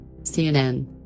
CNN